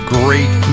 great